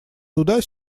туда